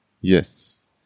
Yes